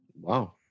Wow